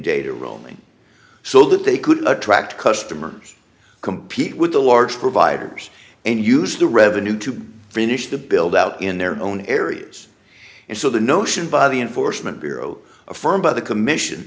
data roaming so that they could attract customers compete with the large providers and use the revenue to finish the buildout in their own areas and so the notion by the enforcement bureau affirmed by the commission